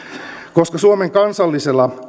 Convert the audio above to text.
koska suomen kansallisella